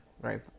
right